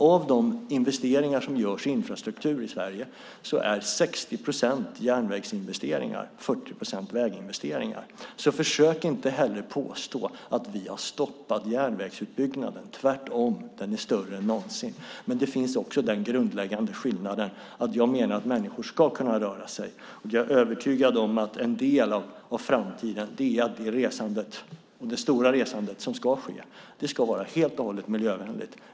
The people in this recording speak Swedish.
Av de investeringar som görs i infrastrukturen i Sverige är 60 procent järnvägsinvesteringar och 40 procent väginvesteringar. Försök därför inte påstå att vi har stoppat järnvägsutbyggnaden. Tvärtom är den större än någonsin. Dessutom har vi den grundläggande skillnaden att jag anser att människor ska kunna röra sig, och jag är övertygad om att den stora andelen av resandet i framtiden kommer att vara helt och hållet miljövänlig.